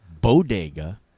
Bodega